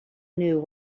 knew